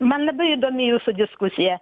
man labai įdomi jūsų diskusija